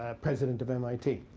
ah president of mit.